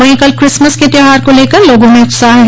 वहीं कल क्रिसमस के त्यौहार को लेकर लोगों में उत्साह है